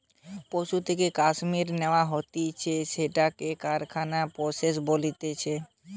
পশুর থেকে কাশ্মীর ন্যাওয়া হতিছে সেটাকে কারখানায় প্রসেস বলতিছে